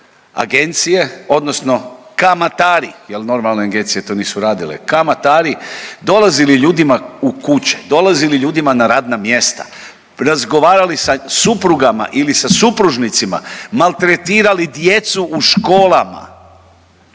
agencije, odnosno kamatari, jer normalne agencije to nisu radile, kamatari dolazili ljudima u kuće, dolazili ljudima na radna mjesta, razgovarali sa suprugama ili sa supružnicima, maltretirali djecu u školama.